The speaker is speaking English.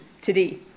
today